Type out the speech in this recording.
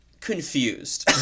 confused